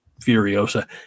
Furiosa